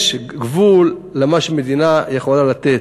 יש גבול למה שמדינה יכולה לתת.